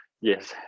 yes